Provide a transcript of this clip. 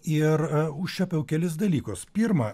ir užčiuopiau kelis dalykus pirma